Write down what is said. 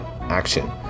action